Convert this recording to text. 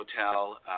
hotel